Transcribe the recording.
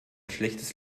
schlechtes